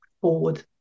forward